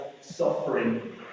Suffering